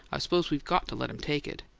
i suppose we've got to let him take it.